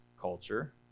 culture